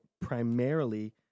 primarily